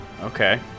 okay